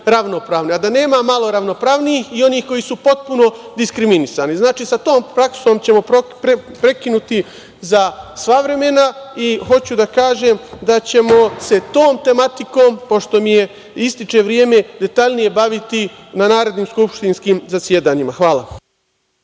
a da nema malo ravnopravnijih i oni koji su potpuno diskriminisani. Znači, sa tom praksom ćemo prekinuti za sva vremena. Hoću da kažem da ćemo se tom tematikom, pošto mi je isteklo vreme, detaljnije baviti na narednim skupštinskim zasedanjima. Hvala.